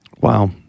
Wow